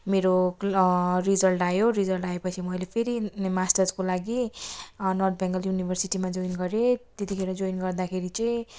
मेरो रिजल्ट आयो रिजल्ट आए पछि मैले फेरि मास्टर्सको लागि नर्थ बेङ्गल युनिभार्सिटीमा जोइन गरेँ त्यतिखेर जोइन गर्दाखेरि चाहिँ